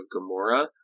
Gamora